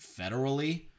federally